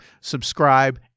Subscribe